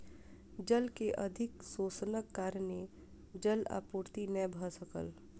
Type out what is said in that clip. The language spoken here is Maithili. जल के अधिक शोषणक कारणेँ जल आपूर्ति नै भ सकल